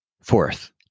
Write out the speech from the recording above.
Fourth